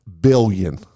billion